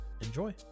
Enjoy